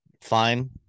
fine